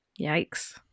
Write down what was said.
Yikes